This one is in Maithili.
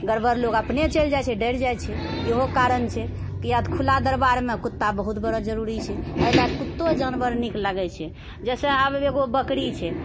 गड़बड़ लोक अपने चलि जाइ छै डरि जाइछै इहो कारण छै कि अधखुला दरबारमे कुत्ता बहुत बड़ा जरुरी छै एहि लए कऽ कुत्तो जानवर निक लगै छै जैसे आब एकगो बकरी छै